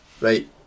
right